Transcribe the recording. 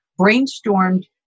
brainstormed